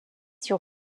sur